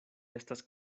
estas